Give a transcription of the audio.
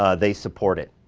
ah they support it.